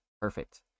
perfect